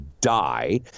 die